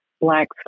Black